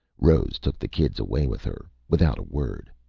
rose took the kids away with her, without a word.